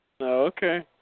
okay